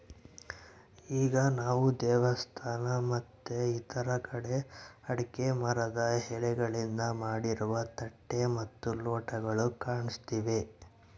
ಈಗ ನಾವು ದೇವಸ್ಥಾನ ಮತ್ತೆ ಇತರ ಕಡೆ ಅಡಿಕೆ ಮರದ ಎಲೆಗಳಿಂದ ಮಾಡಿರುವ ತಟ್ಟೆ ಮತ್ತು ಲೋಟಗಳು ಕಾಣ್ತಿವಿ